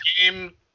game